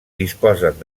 disposen